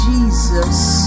Jesus